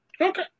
Okay